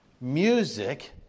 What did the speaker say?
music